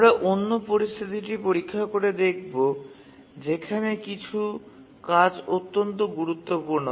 আমরা অন্য পরিস্থিতিটি পরীক্ষা করে দেখবো যেখানে কিছু কাজ অত্যন্ত গুরুত্বপূর্ণ